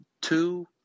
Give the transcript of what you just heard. two